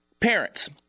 Parents